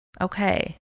Okay